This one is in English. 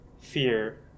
fear